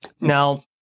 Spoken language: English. Now